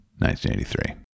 1983